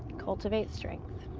cultivate strength.